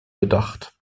bedacht